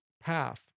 path